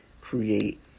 create